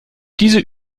diese